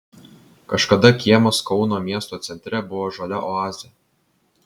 kažkada kiemas kauno miesto centre buvo žalia oazė